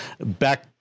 Back